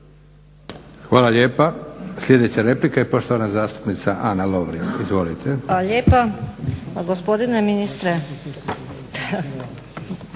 Hvala lijepa. Sljedeća replika i poštovana zastupnica Ana Lovrin. Izvolite. **Lovrin, Ana